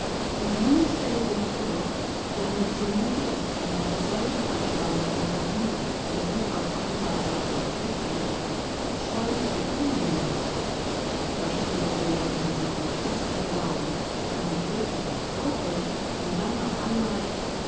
und nun stelle dir vor wie einem zumute ist wenn man in solchen anschauungen dahinlebt und nun auf einmal solche entsetzliche abscheuliche dinge hören muß verstehe wohl wenn man sich in festem glauben für eine glückliche frau hält und dann auf einmal